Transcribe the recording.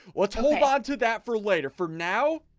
let's hold on to that for later for now